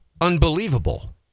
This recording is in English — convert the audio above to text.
unbelievable